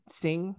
sing